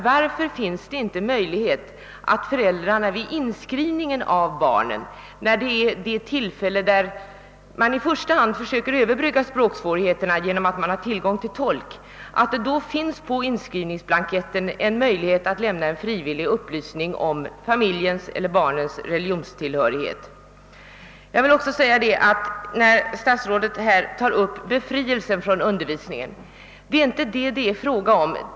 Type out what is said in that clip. Vid inskrivningen av barnen har man tillfälle att söka överbrygga språksvårigheterna eftersom man då har tillgång till tolk. Kunde inte föräldrarna beredas möjlighet att på inskrivningsblanketten lämna frivillig upplysning om familjens religionstillhörighet? Statsrådet nämner också i svaret möjligheten till befrielse från religionsundervisningen. Det är inte detta det är fråga om.